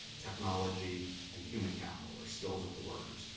technology and human capital or skills of the workers.